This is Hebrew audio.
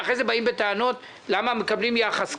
ואחרי זה באים בטענות למה מקבלים יחס כזה.